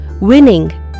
Winning